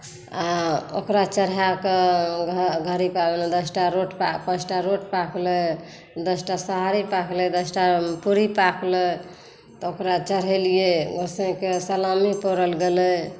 आऽ ओकरा चढ़ा कऽ घड़ी पाबनि मे दसटा पाँचटा रोट पाकलै दसटा सोहरी पाकलै दसटा पूरी पाकलै तऽ ओकरा चढ़ेलियै ओकरसबके सलामी परल गेलै